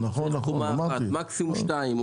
מקסימום שתיים,